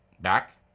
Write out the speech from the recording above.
back